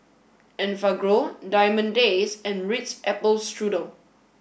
Enfagrow Diamond Days and Ritz Apple Strudel